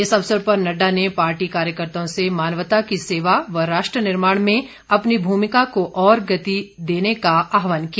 इस अवसर पर नड्डा ने पार्टी कार्यकर्ताओं से मानवता की सेवा व राष्ट्र निर्माण में अपनी भूमिका को और गति देने का आहवान किया